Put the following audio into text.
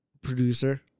producer